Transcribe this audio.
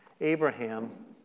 Abraham